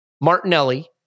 Martinelli